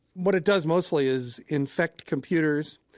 what it does mostly is infect computers,